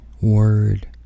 word